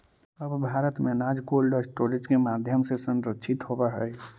अब भारत में अनाज कोल्डस्टोरेज के माध्यम से संरक्षित होवऽ हइ